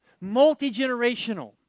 multi-generational